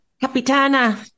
Capitana